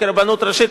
כרבנות הראשית,